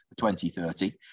2030